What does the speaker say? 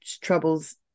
troubles